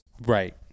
Right